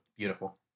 beautiful